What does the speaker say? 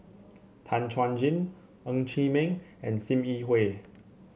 Tan Chuan Jin Ng Chee Meng and Sim Yi Hui